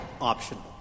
optional